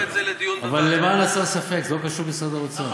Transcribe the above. אבל למען הסר ספק, זה לא קשור למשרד האוצר.